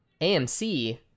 AMC